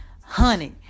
honey